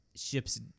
ship's